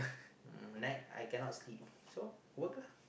uh night I cannot sleep so work lah